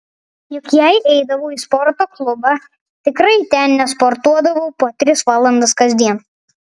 juk jei eidavau į sporto klubą tikrai ten nesportuodavau po tris valandas kasdien